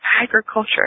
agriculture